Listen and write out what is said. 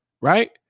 Right